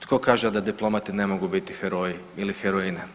Tko kaže da diplomati ne mogu biti heroji ili heroine?